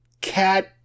cat